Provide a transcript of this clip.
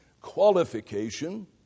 qualification